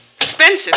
Expensive